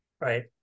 right